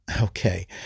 Okay